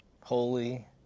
Holy